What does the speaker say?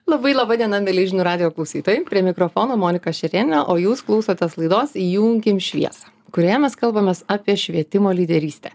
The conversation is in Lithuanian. labai laba diena mieli žinių radijo klausytojai prie mikrofono monika šerėnienė o jūs klausotės laidos įjunkim šviesą kurioje mes kalbamės apie švietimo lyderystę